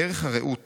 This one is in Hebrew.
"ערך הרעות